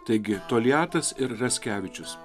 taigi toliatas ir raskevičius